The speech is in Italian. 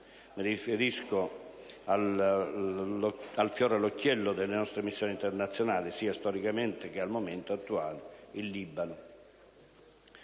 mi riferisco al fiore all'occhiello delle nostre missioni internazionali, sia storicamente che al momento attuale, il Libano.